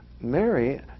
Mary